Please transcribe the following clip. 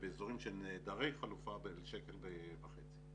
ובאזורים שהם נעדרי חלופה, על 1.50 שקל.